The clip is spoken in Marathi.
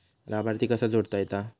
लाभार्थी कसा जोडता येता?